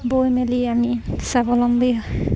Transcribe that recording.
বৈ মেলি আমি স্বাৱলম্বী হয়